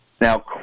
Now